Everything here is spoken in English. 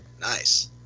Nice